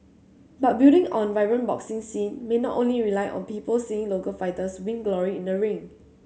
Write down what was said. but building a vibrant boxing scene may not only rely on people seeing local fighters win glory in the ring